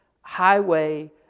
highway